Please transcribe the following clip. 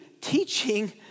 teaching